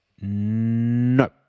no